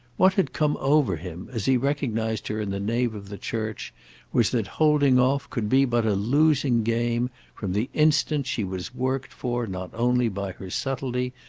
what had come over him as he recognised her in the nave of the church was that holding off could be but a losing game from the instant she was worked for not only by her subtlety,